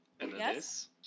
Yes